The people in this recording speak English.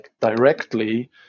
directly